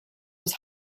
was